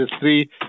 three